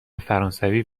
فرانسوی